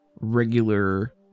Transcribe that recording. regular